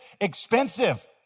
expensive